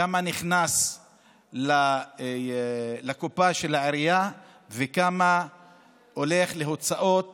כמה נכנס לקופה של העירייה וכמה הולך להוצאות